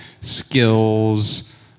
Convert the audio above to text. skills